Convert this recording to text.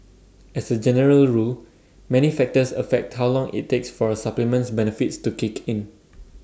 as A general rule many factors affect how long IT takes for A supplement's benefits to kick in